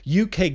UK